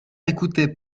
écoutait